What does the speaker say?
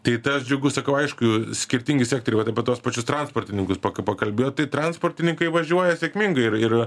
tai tas džiugu sakau aišku skirtingi sektoriai vat apie tuos pačius transportininkus pakalbėjot tai transportininkai važiuoja sėkmingai ir ir